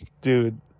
dude